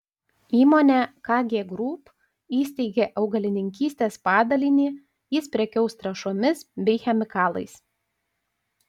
įmonė kg group įsteigė augalininkystės padalinį jis prekiaus trąšomis bei chemikalais